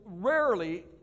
rarely